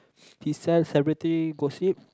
he sells celebrity gossip